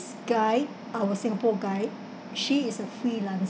guide our singapore guide she is a freelance~